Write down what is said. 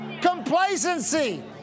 complacency